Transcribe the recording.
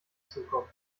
zukommen